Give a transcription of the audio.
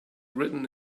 written